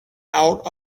out